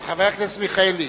אבל, חבר הכנסת מיכאלי,